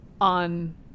on